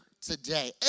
today